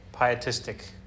pietistic